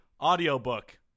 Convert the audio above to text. audiobook